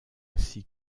ainsi